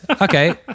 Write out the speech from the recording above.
Okay